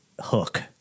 hook